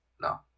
No